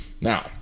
Now